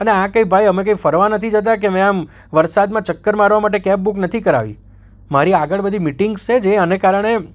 અને આ કંઇ ભાઈ અમે કંઈ ફરવા નથી જતાં કે અમે આમ વરસાદમાં ચક્કર મારવા માટે કેબ બુક નથી કરાવી મારી આગળ બધી મિટિંગ્સ છે જે આને કારણે